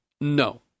no